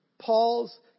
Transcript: Paul's